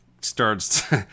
starts